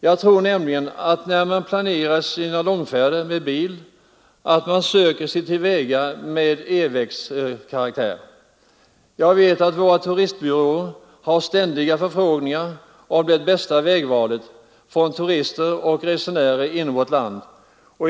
Jag tror nämligen att de som planerar långfärder med bil i stor utsträckning föredrar vägar som är betecknade som E-vägar. — Nr 15 Jag vet att våra turistbyråer ständigt får förfrågningar från turister och Onsdagen den resenärer inom vårt land om det bästa vägvalet.